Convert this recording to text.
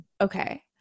Okay